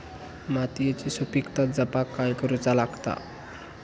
मातीयेची सुपीकता जपाक काय करूचा लागता?